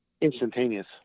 instantaneous